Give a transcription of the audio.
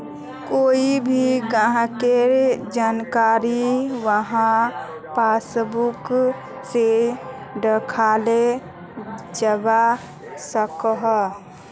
कोए भी ग्राहकेर जानकारी वहार पासबुक से दखाल जवा सकोह